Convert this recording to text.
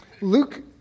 Luke